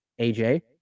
AJ